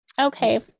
Okay